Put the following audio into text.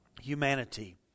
humanity